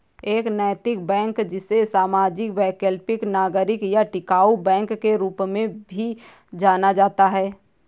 एक नैतिक बैंक जिसे सामाजिक वैकल्पिक नागरिक या टिकाऊ बैंक के रूप में भी जाना जाता है